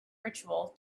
ritual